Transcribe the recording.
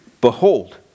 Behold